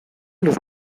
los